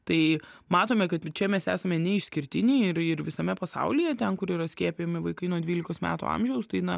tai matome kad čia mes esame ne išskirtiniai ir ir visame pasaulyje ten kur yra skiepijami vaikai nuo dvylikos metų amžiaus tai na